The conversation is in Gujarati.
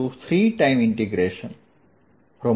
ds